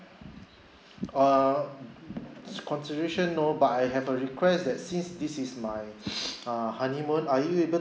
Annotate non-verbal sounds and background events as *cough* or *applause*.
err contribution no but I have a request that since this is my *breath* uh honeymoon are you able